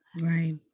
Right